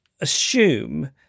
assume